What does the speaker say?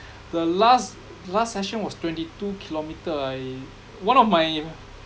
the last last session was twenty two kilometre I one of my